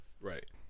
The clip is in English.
Right